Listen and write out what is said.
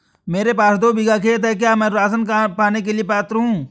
मेरे पास दो बीघा खेत है क्या मैं राशन पाने के लिए पात्र हूँ?